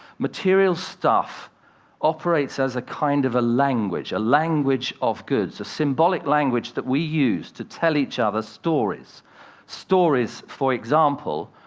material stuff operates as a kind of ah language a language of goods, a symbolic language that we use to tell each other stories stories, for example,